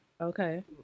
Okay